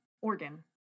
Organ